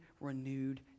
renewed